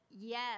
yes